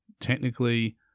technically